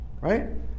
Right